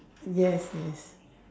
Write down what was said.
yes yes